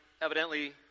evidently